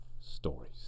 stories